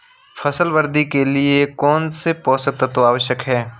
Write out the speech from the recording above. फसल वृद्धि के लिए कौनसे पोषक तत्व आवश्यक हैं?